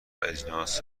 اجناس